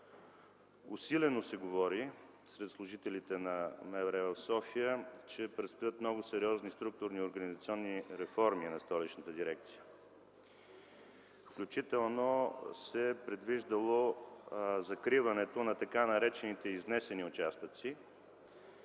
Усилено се говори сред служителите от МВР в София, че предстоят много сериозни структурни и организационни реформи на столичната дирекция, включително се предвиждало закриването на така наречените изнесени участъци.